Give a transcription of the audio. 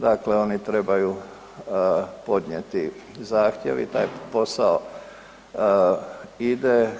Dakle, oni trebaju podnijeti zahtjev i taj posao ide.